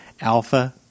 Alpha